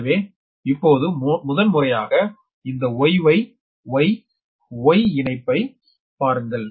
எனவே இப்போது முதல்முறையாக இந்த Y Y Y Y இணைப்பை பாருங்கள்